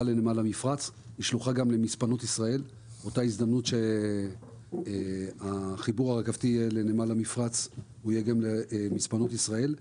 באותה הזדמנות שחיבור הרכבת יהיה לנמל המפרץ הוא יהיה גם למספנות ישראל.